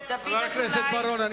חבר הכנסת בר-און,